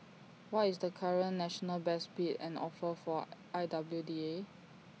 what is the current national best bid and offer for I W D A